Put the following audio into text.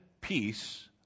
peace